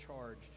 charged